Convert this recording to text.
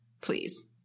Please